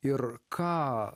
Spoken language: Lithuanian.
ir ką